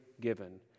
given